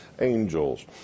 angels